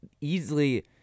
easily